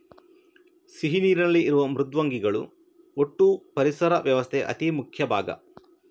ಸಿಹಿ ನೀರಿನಲ್ಲಿ ಇರುವ ಮೃದ್ವಂಗಿಗಳು ಒಟ್ಟೂ ಪರಿಸರ ವ್ಯವಸ್ಥೆಯ ಅತಿ ಮುಖ್ಯ ಭಾಗ